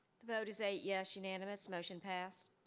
vote is eight yes, unanimous motion passed.